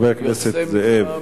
חבר הכנסת זאב.